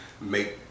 make